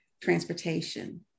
transportation